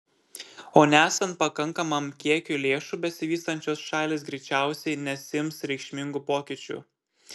o nesant pakankamam kiekiui lėšų besivystančios šalys greičiausiai nesiims reikšmingų pokyčių